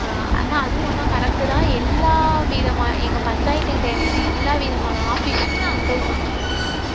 ஆனால் அதுவும் ஆனால் கரெக்ட்டு தான் எல்லா விதமான எங்கள் பஞ்சாயத்துக்குத் தேவையான எல்லா விதமான ஆஃபீஸுமே அந்த ஊரில் தான் இருக்கும்